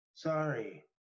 Sorry